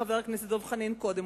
חבר הכנסת דב חנין קודם,